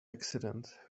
accident